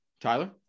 Tyler